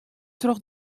troch